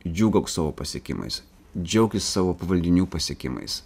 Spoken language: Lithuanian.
džiūgauk savo pasiekimais džiaukis savo pavaldinių pasiekimais